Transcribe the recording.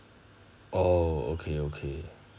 oh okay okay